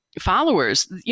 followers